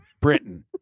Britain